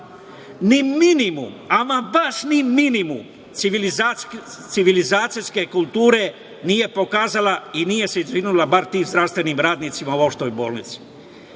Ni minimum, ama baš ni minimum civilizacijske kulture nije pokazala i nije se izvinila bar tim zdravstvenim radnicima u Opštoj bolnici. Gospođo